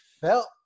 felt